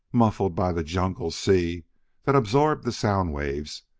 muffled by the jungle-sea that absorbed the sound waves,